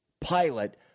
pilot